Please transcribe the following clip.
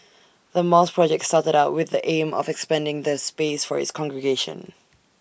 the mosque project started out with the aim of expanding the space for its congregation